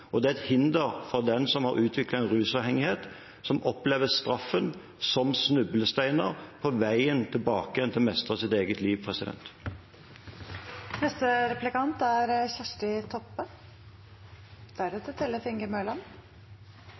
og den er et hinder for den som har utviklet en rusavhengighet, og som opplever straffen som en snublestein på veien tilbake til å mestre sitt eget liv. I proposisjonen som er